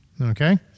Okay